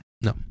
No